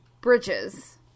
Bridges